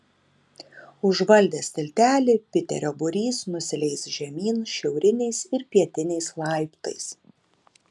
užvaldęs tiltelį piterio būrys nusileis žemyn šiauriniais ir pietiniais laiptais